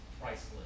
priceless